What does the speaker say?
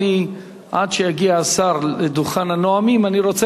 עד שיגיע השר לדוכן הנואמים אני רוצה